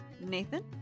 Nathan